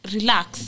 Relax